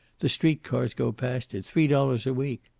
the street cars go past it. three dollars a week.